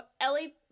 Ellie